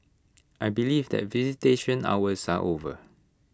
I believe that visitation hours are over